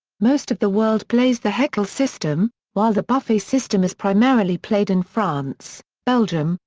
most of the world plays the heckel system, while the buffet system is primarily played in france, belgium,